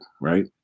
right